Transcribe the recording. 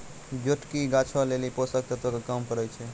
जोटकी गाछो लेली पोषक तत्वो के काम करै छै